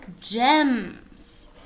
gems